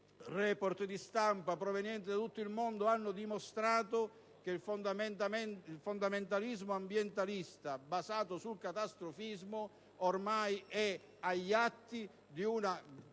*report* di stampa provenienti da tutto il mondo hanno dimostrato che il fondamentalismo ambientalista, basato sul catastrofismo - ormai è agli atti - è